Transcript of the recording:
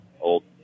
old